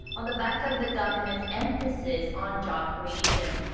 on the back of the government's emphasis on job creation.